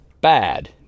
bad